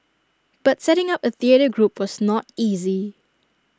but setting up A theatre group was not easy